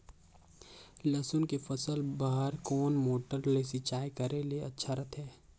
लसुन के फसल बार कोन मोटर ले सिंचाई करे ले अच्छा रथे?